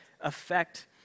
affect